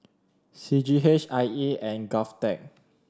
C G H I E and GovTech